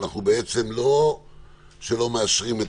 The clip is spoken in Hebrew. אנחנו בעצם לא מאשרים את